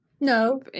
no